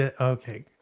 Okay